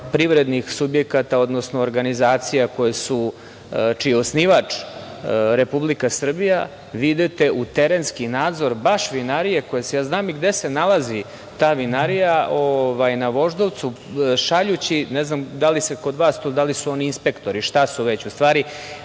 privrednih subjekata odnosno organizacija čiji je osnivač Republika Srbija, vi idete u terenski nadzor baš vinarije, ja znam i gde se nalazi ta vinarija na Voždovcu, šaljući, ne znam da li su kod vas oni inspektori i šta su u stvari.